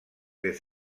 des